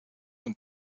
und